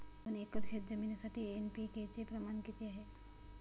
दोन एकर शेतजमिनीसाठी एन.पी.के चे प्रमाण किती आहे?